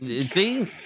See